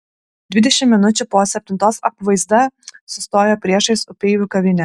dvidešimt minučių po septintos apvaizda sustojo priešais upeivių kavinę